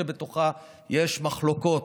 שבתוכה יש מחלוקות: